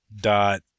dot